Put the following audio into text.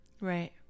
Right